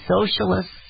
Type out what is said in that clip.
socialists